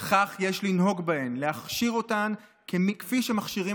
וכך יש לנהוג בהן: להכשיר אותן כפי שמכשירים